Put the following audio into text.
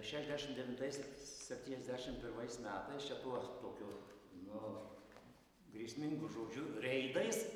šešiasdešim devintais septyniasdešim pirmais metais čia tuos tokiu nu grėsmingu žodžiu reidais